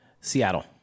Seattle